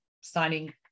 signing